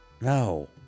No